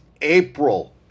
April